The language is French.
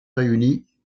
réunit